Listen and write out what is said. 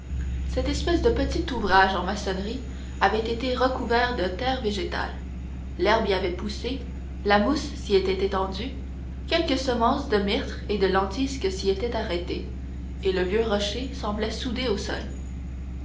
cette espèce de petit ouvrage en maçonnerie avait été recouvert de terre végétale l'herbe y avait poussé la mousse s'y était étendue quelques semences de myrtes et de lentisques s'y étaient arrêtées et le vieux rocher semblait soudée au sol